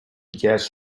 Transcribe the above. gas